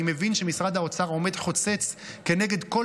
אני מבין שמשרד האוצר עומד חוצץ כנגד כל